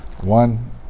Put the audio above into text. one